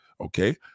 Okay